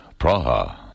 Praha